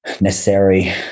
necessary